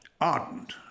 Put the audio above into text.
ardent